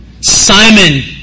Simon